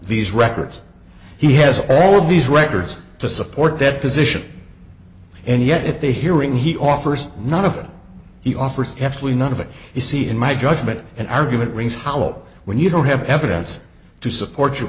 these records he has all of these records to support that position and yet at the hearing he offers none of them he offers absolutely not of it you see in my judgment an argument rings hollow when you don't have evidence to support your